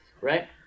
right